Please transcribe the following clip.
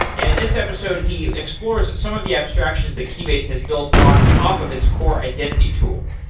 and in this episode, he explores some of the abstractions that keybase has built on top of its core identity tool.